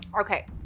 Okay